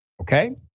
okay